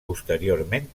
posteriorment